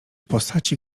postaci